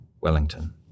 Wellington